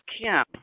Kim